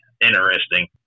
interesting